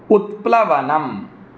उत्प्लवनम्